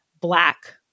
Black